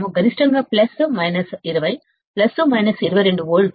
గరిష్టంగా plus minus 20 plus minus 22 వోల్ట్లు